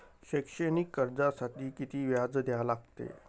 शैक्षणिक कर्जासाठी किती व्याज द्या लागते?